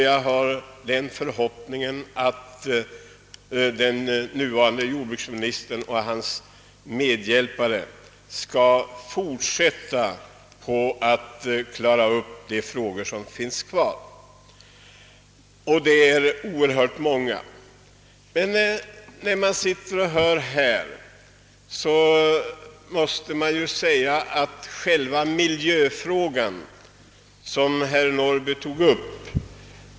Jag hoppas att den nuvarande jordbruksministern och hans medhjälpare skall fortsätta med att försöka lösa de problem som återstår. De är oerhört många. Herr Norrby tog här upp miljöfrågan.